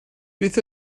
beth